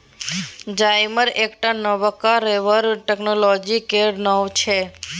जाइमर एकटा नबका रबर टेक्नोलॉजी केर नाओ छै